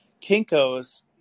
Kinkos